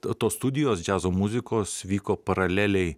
tos studijos džiazo muzikos vyko paraleliai